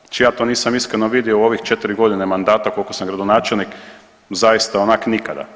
Znači ja to nisam iskreno vidio u ovih 4 godine mandata, koliko sam gradonačelnik, zaista onak nikada.